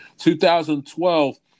2012